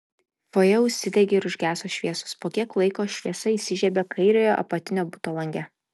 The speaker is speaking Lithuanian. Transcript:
fojė užsidegė ir užgeso šviesos po kiek laiko šviesa įsižiebė kairiojo apatinio buto lange